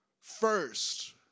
first